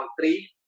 three